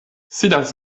sidas